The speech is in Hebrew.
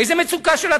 איזה מצוקה של התל"ג?